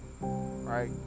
Right